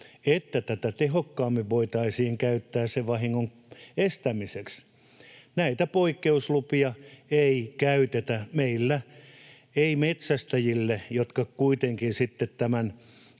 että tätä tehokkaammin voitaisiin käyttää sen vahingon estämiseksi. Näitä poikkeuslupia ei käytetä meillä. Ei metsästäjien, jotka kuitenkin tämän